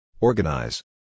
Organize